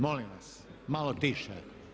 Molim vas, malo tiše.